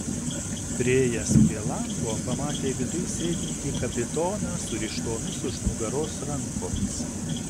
priėjęs prie lango pamatė viduj sėdintį kapitoną surištomis už nugaros rankomis